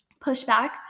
pushback